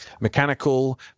mechanical